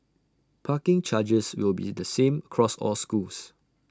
parking charges will be the same cross all schools